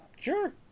Sure